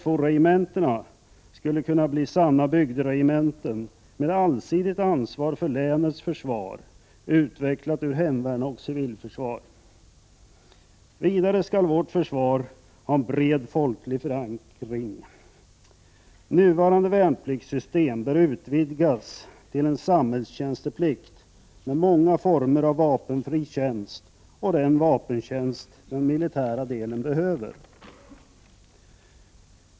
Fo-regementena skulle kunna bli sanna bygderegementen med allsidigt ansvar för länets försvar utvecklat ur hemvärn och civilförsvar. Vidare skall vårt försvar ha en bred folklig förankring. Nuvarande värnpliktssystem bör utvidgas till en samhällstjänsteplikt med många former av vapenfri tjänst och den vapentjänst den militära delen behöver.